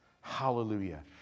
Hallelujah